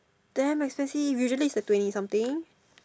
damn expensive usually it's like twenty something